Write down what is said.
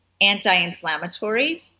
anti-inflammatory